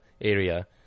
area